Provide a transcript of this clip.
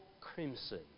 crimson